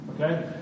Okay